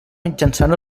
mitjançant